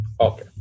Okay